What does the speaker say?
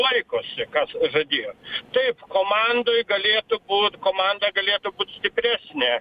laikosi kas žadėjo taip komandoj galėtų būt komanda galėtų būt stipresnė